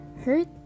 hurt